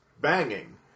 banging